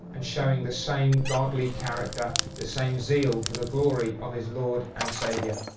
and showing the same godly character, the same zeal for the glory of his lord and saviour.